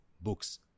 books